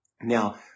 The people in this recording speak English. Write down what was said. Now